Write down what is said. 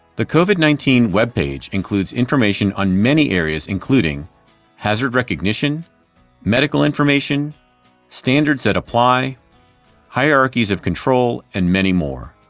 the covid nineteen web page includes information on many areas including hazard recognition medical information standards that apply hierarchies of control and many more.